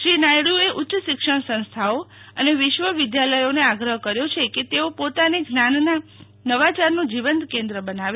શ્રી નાયડુએ ઉચ્યશિક્ષણ સંસ્થાઓ અને વિશ્વવિધાલયોને આગ્રહ કર્યો છે કે તેઓ પોતાને જ્ઞાનના નવાયારનું જીવંત કેન્દ્ર બનાવે